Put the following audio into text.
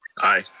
aye.